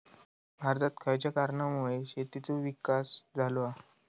भारतात खयच्या कारणांमुळे शेतीचो विकास झालो हा?